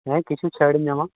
ᱦᱮᱸ ᱠᱤᱪᱷᱩ ᱪᱷᱟᱹᱲᱤᱧ ᱮᱢᱟᱢᱟ